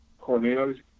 Cornelius